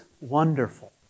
wonderful